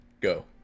Go